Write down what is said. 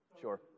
sure